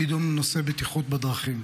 לקידום בטיחות בדרכים.